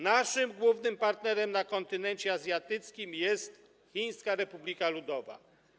Naszym głównym partnerem na kontynencie azjatyckim jest Chińska Republika Ludowa.